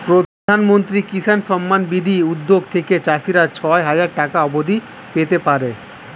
প্রধানমন্ত্রী কিষান সম্মান নিধি উদ্যোগ থেকে চাষিরা ছয় হাজার টাকা অবধি পেতে পারে